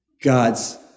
God's